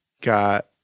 got